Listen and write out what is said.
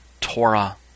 Torah